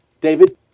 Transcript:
David